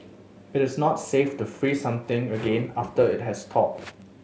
it is not safe to freeze something again after it has thawed